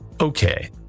Okay